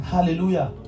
Hallelujah